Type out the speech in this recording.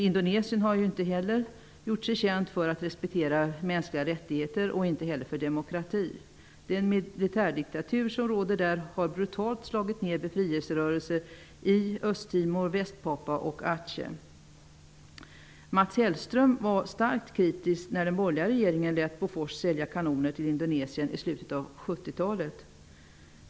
Indonesien har inte heller gjort sig känt för att respektera mänskliga rättigheter och inte heller för demokrati. Den militärdiktatur som råder där har brutalt slagit ner befrielserörelser i Östtimor, Mats Hellström var starkt kritisk när den borgerliga regeringen lät Bofors sälja kanoner till Indonesien i slutet av 70-talet.